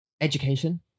education